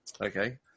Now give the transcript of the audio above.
okay